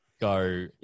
go